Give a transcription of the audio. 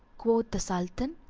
quoth the sultan,